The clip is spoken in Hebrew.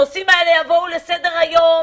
הנשואים האלה יבואו לדר היום,